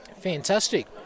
Fantastic